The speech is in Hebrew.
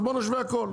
אז בואו נשווה הכל.